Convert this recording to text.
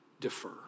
defer